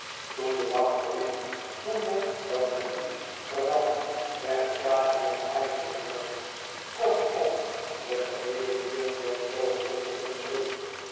toen de dag verliep zonder dat men iets vernam werd de zaak nog ijselyker kortom de geheele buurt werd zoo vol onrust